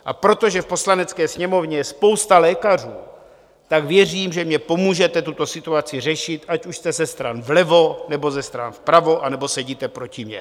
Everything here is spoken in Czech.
A protože v Poslanecké sněmovně je spousta lékařů, tak věřím, že mi pomůžete tuto situaci řešit, ať už jste ze stran vlevo, nebo ze stran vpravo, anebo sedíte proti mně.